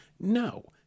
No